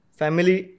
family